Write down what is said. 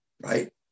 right